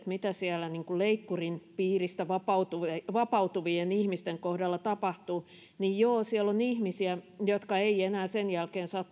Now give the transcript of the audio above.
mitä siellä leikkurin piiristä vapautuvien vapautuvien ihmisten kohdalla tapahtuu joo siellä on ihmisiä jotka eivät enää sen jälkeen saa